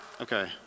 Okay